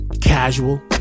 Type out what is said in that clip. Casual